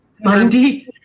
Mindy